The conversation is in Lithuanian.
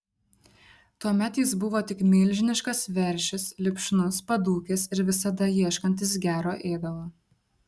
tuomet jis buvo tik milžiniškas veršis lipšnus padūkęs ir visada ieškantis gero ėdalo